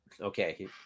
Okay